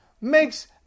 makes